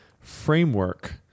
framework